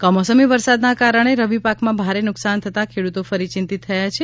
કમોસમી વરસાદના કારણે રવી પાકમાં ભારે નુકસાન થતા ખેડૂતો ફરી ચિંતીત થયા છે